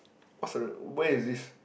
what's the where is this